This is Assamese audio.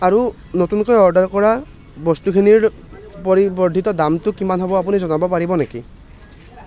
আৰু নতুনকৈ অৰ্ডাৰ কৰা বস্তুখিনিৰ পৰিবৰ্দ্ধিত দামটো কিমান হ'ব আপুনি জনাব পাৰিব নেকি